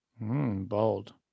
Bold